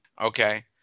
Okay